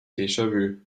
déjà